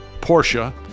Porsche